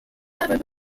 cover